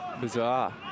Bizarre